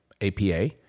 APA